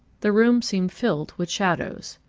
the room seemed filled with shadows.